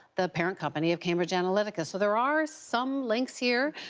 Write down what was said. the parent company of cambridge analytica. so there are some links here,